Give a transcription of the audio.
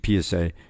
PSA